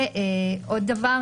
בנוסף,